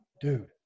Dude